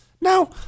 No